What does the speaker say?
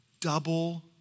Double